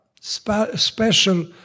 special